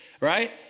right